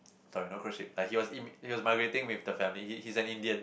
sorry not cruise ship like he was in he was migrating with the family he he's an Indian